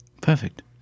Perfect